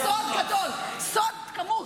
אני גיליתי סוד גדול, סוד כמוס,